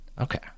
Okay